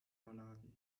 malawi